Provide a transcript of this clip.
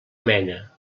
mena